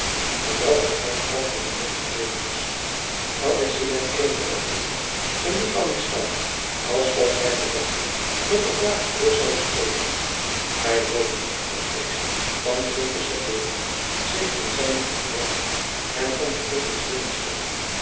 aan welke de uitspraak van zijn lot verbleven is maurits liet hem eenige oogenblikken in die houding staan alsof hij verwachtte dat de graaf het eerst zoude spreken hij hoopte dat deze van schuldbesef doordrongen zich aan zijne voeten werpen en om vergiffenis bidden zoude